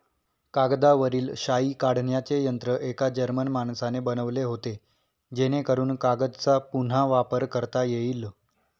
कागदावरील शाई काढण्याचे यंत्र एका जर्मन माणसाने बनवले होते जेणेकरून कागदचा पुन्हा वापर करता येईल